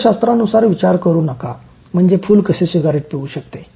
तर्कशास्त्रानुसार विचार करू नका म्हणजे फुल कसे सिगारेट पिवू शकते